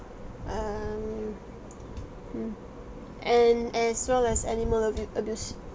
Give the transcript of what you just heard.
um hmm and as well as animal abu~ abuse